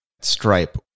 Stripe